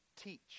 teach